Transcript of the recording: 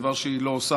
דבר שהיא לא עושה,